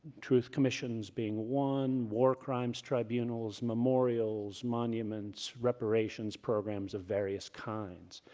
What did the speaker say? truth commissions being one, war crimes tribunals, memorials, monuments, reparations programs of various kinds.